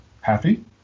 happy